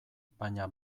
baina